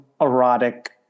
erotic